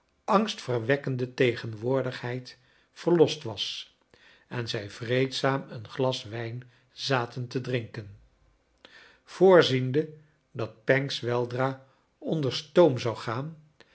angstverwekkende tegenwoordighcid veriest was en zij vreedzaarn een glas wija zaten te drinken voorziende dat pancks weldra onder stoom zou gaan